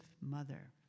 mother